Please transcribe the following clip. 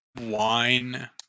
wine